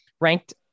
ranked